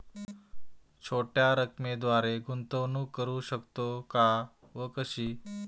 छोट्या रकमेद्वारे गुंतवणूक करू शकतो का व कशी?